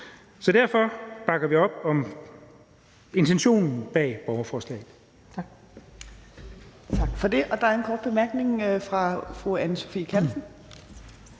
Derfor bakker vi op om intentionen bag borgerforslaget.